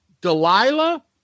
Delilah